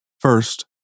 First